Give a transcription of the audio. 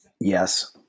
Yes